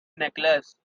necklace